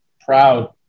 proud